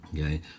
Okay